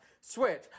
Switch